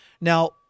Now